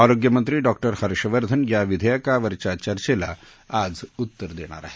आरोग्य मंत्री डॉ हर्षवर्धन या विधेयकावरच्या चर्घेला उद्या उत्तर देणार आहेत